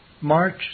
March